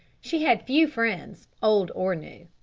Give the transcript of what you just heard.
she had few friends, old or new.